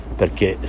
perché